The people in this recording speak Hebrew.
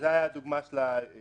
זו הייתה הדוגמה של היושב-ראש,